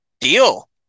deal